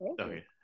okay